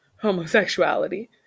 homosexuality